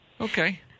okay